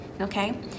okay